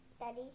Daddy